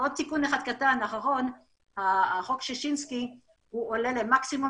ועוד סיכון אחד קטן: חוק ששינסקי עולה למקסימום